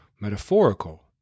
metaphorical